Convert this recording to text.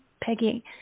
Peggy